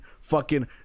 Fucking-